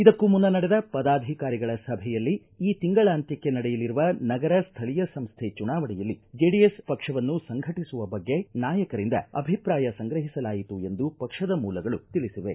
ಇದಕ್ಕೂ ಮುನ್ನ ನಡೆದ ಪದಾಧಿಕಾರಿಗಳ ಸಭೆಯಲ್ಲಿ ಈ ತಿಂಗಳಾಂತ್ಯಕ್ಕೆ ನಡೆಯಲಿರುವ ನಗರ ಶ್ಥಳೀಯ ಸಂಸ್ಥೆ ಚುನಾವಣೆಯಲ್ಲಿ ಜೆಡಿಎಸ್ ಪಕ್ಷವನ್ನು ಸಂಘಟಿಸುವ ಬಗ್ಗೆ ನಾಯಕರಿಂದ ಅಭಿಪ್ರಾಯ ಸಂಗ್ರಹಿಸಲಾಯಿತು ಎಂದು ಪಕ್ಷದ ಮೂಲಗಳು ತಿಳಿಸಿವೆ